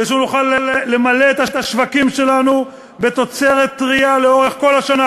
כדי שנוכל למלא את השווקים שלנו בתוצרת טרייה לאורך כל השנה,